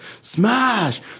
smash